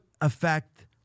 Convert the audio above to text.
effect